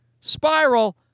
spiral